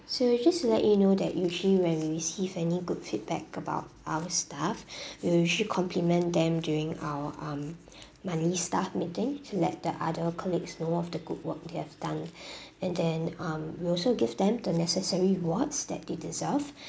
so we just let you know that usually when we receive any good feedback about our staff we will usually compliment them during our um monthly staff meeting to let the other colleagues know of the good work they have done and then um we also give them the necessary rewards that they deserve